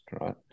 right